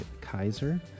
Kaiser